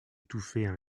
étouffer